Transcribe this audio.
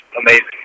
amazing